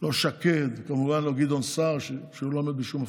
לא שקד, כמובן לא גדעון סער, שלא עומד בשום הבטחה.